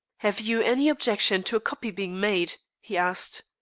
have you any objection to a copy being made? he asked.